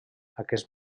aquest